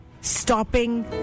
stopping